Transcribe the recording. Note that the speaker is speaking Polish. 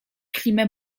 klimę